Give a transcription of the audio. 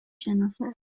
شناسد